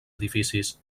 edificis